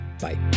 Bye